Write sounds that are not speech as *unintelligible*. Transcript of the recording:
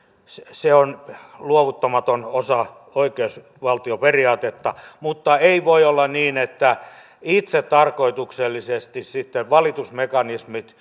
se on luovuttamaton osa oikeusvaltioperiaatetta mutta ei voi olla niin että itsetarkoituksellisesti sitten valitusmekanismit *unintelligible*